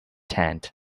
tent